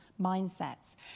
mindsets